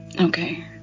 Okay